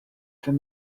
from